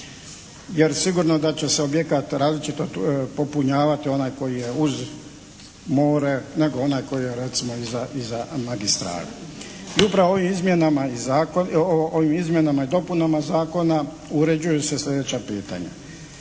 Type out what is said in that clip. Jer sigurno da će se objekat različito popunjavati onaj koji je uz mora nego onaj koji je recimo iza magistrale. I upravo ovim izmjenama i dopunama zakona uređuju se sljedeća pitanja.